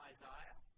Isaiah